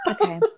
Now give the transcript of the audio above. okay